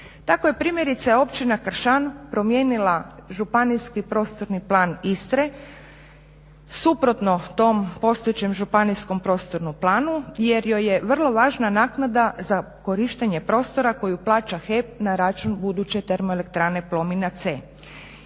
Tako je primjerice općina Kršan promijenila županijski prostorni plan Istre, suprotno tom postojećem županijskom prostornom planu jer joj je vrlo važna naknada za korištenje prostora koju plaća HEP na račun buduće termoelektrane Plomin-a C.